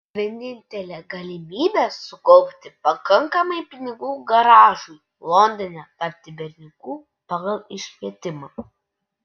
vienintelė galimybė sukaupti pakankamai pinigų garažui londone tapti berniuku pagal iškvietimą